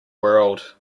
world